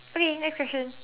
okay next question